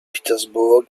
petersburg